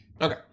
Okay